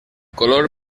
color